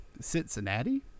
Cincinnati